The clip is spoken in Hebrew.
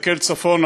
ולהסתכל צפונה,